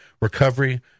recovery